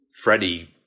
Freddie